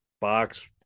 box